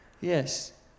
yes